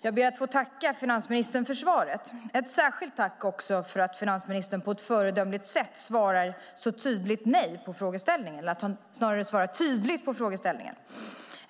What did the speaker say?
jag ber att få tacka finansministern för svaret. Ett särskilt tack också för att finansministern på ett föredömligt sätt svarar tydligt på frågeställningen.